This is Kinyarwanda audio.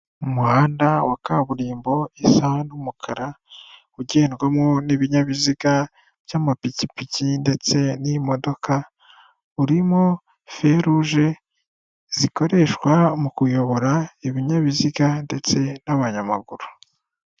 Umuhanda wa kaburimbo isa n'umukara, ugendwamo n'ibinyabiziga by'amapikipiki ndetse n'imodoka, urimo feruje, zikoreshwa mu kuyobora ibinyabiziga ndetse n'abanyamaguru.